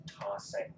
tossing